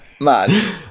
man